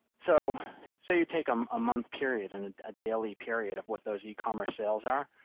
so say you take um a month period and and a daily period of what those e-commerce sales are.